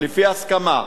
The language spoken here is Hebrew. לפי הסכמה,